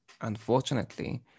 unfortunately